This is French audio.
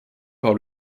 par